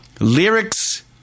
Lyrics